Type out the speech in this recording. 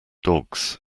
dogs